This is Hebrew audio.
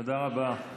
תודה רבה.